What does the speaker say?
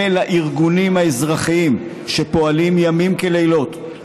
ולארגונים האזרחיים שפועלים לילות כימים